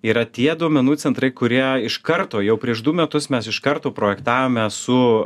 yra tie duomenų centrai kurie iš karto jau prieš du metus mes iš karto projektavome su